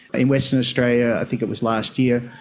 in western australia, i think it was last year,